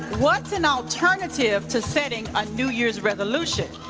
what's an alternative to setting a new year's resolution?